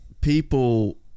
people